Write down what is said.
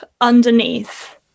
underneath